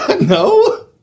No